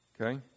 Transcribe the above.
okay